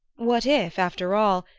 what if, after all,